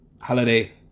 holiday